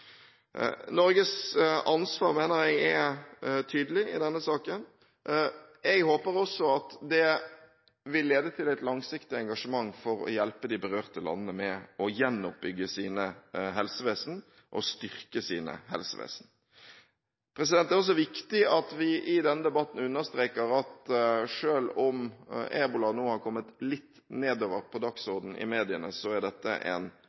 Norges ansvar mener jeg er tydelig i denne saken. Jeg håper også at det vil lede til et langsiktig engasjement for å hjelpe de berørte landene med å gjenoppbygge og styrke sine helsevesen. Det er også viktig at vi i denne debatten understreker at selv om ebola nå har kommet litt nedover på dagsordenen i mediene, er dette en